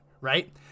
right